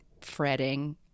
fretting